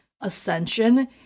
ascension